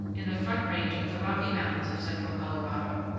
in the front range of the rocky mountains of central colorado.